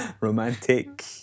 romantic